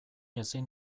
ezin